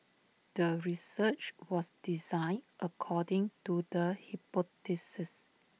the research was designed according to the hypothesis